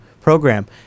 program